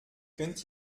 könnt